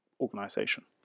organization